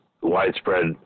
widespread